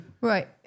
Right